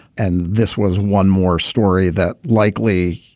and this was one more story that likely,